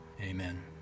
Amen